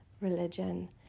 religion